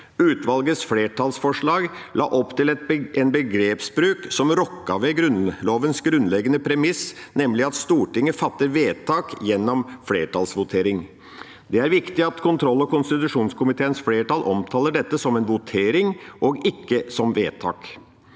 Utvalgets flertallsforslag la opp til en begrepsbruk som rokker ved Grunnlovens grunnleggende premiss om at Stortinget fatter vedtak gjennom flertallsvotering. Det er viktig at kontrollog konstitusjonskomiteens flertall omtaler dette som en «votering» og ikke som «vedtak».